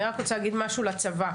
אני רק רוצה להגיד משהו לצבא.